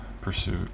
pursuit